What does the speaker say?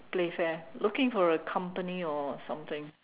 Playfair looking for a company or something